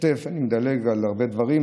מדלג על הרבה דברים.